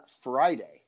Friday